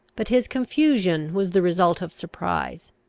but his confusion was the result of surprise.